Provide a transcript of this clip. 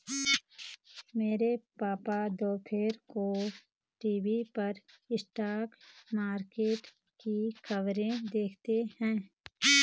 मेरे पापा दोपहर को टीवी पर स्टॉक मार्केट की खबरें देखते हैं